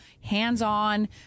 hands-on